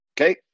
okay